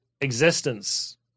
existence